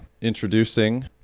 introducing